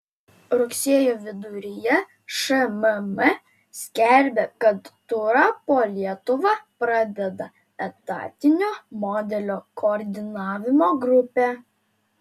rugsėjo viduryje šmm skelbė kad turą po lietuvą pradeda etatinio modelio koordinavimo grupė